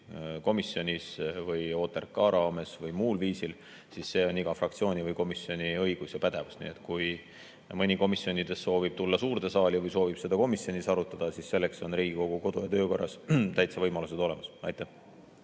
komisjonis või OTRK raames või muul viisil, siis see on iga fraktsiooni ja komisjoni õigus ja pädevus. Nii et kui mõni komisjonidest soovib tulla [selle] teemaga suurde saali või soovib seda komisjonis arutada, siis selleks on Riigikogu kodu- ja töökorras täitsa võimalused olemas. Aitäh!